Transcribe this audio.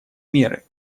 меры